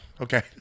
Okay